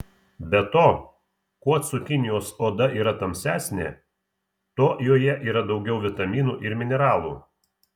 be to kuo cukinijos oda yra tamsesnė tuo joje yra daugiau vitaminų ir mineralų